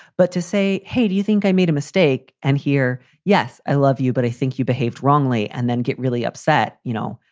but to say, hey, do you think i made a mistake? and here. yes. i love you, but i think you behaved wrongly and then get really upset. you know,